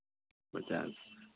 पचास